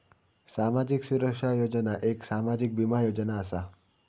सामाजिक सुरक्षा योजना एक सामाजिक बीमा योजना असा